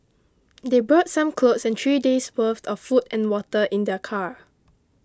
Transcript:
they brought some clothes and three days' worth of food and water in their car